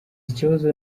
ikibazo